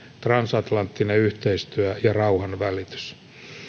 transatlanttinen yhteistyö ja rauhanvälitys